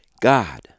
God